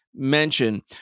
mention